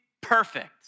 perfect